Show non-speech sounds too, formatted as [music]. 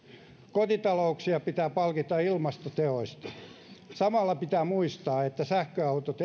kotitalouksia pitää palkita ilmastoteoista samalla pitää muistaa että sähköautot [unintelligible]